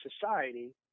society